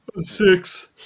Six